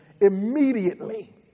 immediately